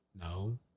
No